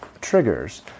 triggers